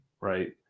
right